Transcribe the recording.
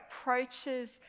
approaches